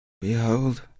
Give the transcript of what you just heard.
behold